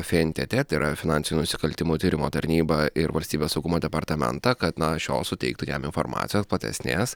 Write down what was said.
fntt tai yra finansinių nusikaltimų tyrimo tarnybą ir valstybės saugumo departamentą kad na šios suteiktų jam informacijos platesnės